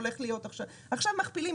עכשיו מכפילים,